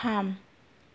थाम